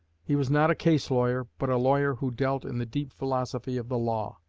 he was not a case lawyer, but a lawyer who dealt in the deep philosophy of the law.